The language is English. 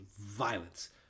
violence